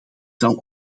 zal